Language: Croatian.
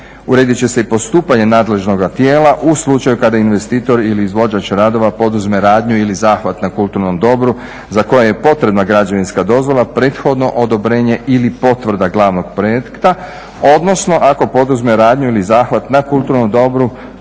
Uredit će se i postupanje nadležnoga tijela u slučaju kada investitor ili izvođač radova poduzme radnju ili zahvat na kulturnom dobru za koje je potrebna građevinska dozvola, prethodno odobrenje ili potvrda glavnog projekta, odnosno ako poduzme radnju ili zahvat na kulturnom dobru